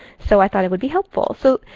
so i thought it would be helpful. so,